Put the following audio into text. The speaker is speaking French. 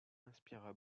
inspira